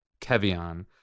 Kevion